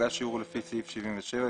הוגש ערעור לפי סעיף 77,